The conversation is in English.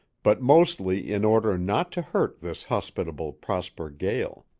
but mostly in order not to hurt this hospitable prosper gael.